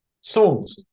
Songs